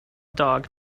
dog